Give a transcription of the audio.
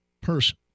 person